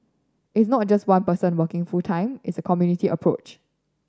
it's not just one person working full time it's a community approach